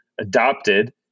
adopted